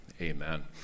amen